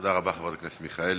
תודה רבה, חברת הכנסת מיכאלי.